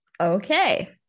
Okay